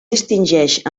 distingeix